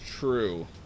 True